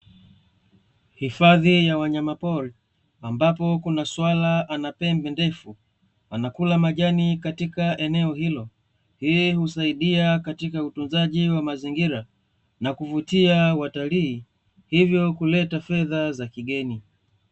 Hifadhi ya wanyamapori ambapo kuna swala ana pembe ndefu, anakula majani katika eneo hilo. Hii husaidia katika utunzaji wa mazingira na kuvutia watalii, hivyo kuleta fedha za kigeni.